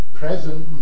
present